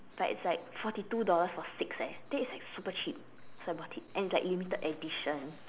it's like it's like forty two dollars for six eh that is like super cheap so I bought it and it's like limited edition